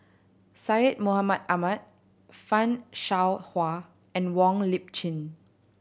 Syed Mohamed Ahmed Fan Shao Hua and Wong Lip Chin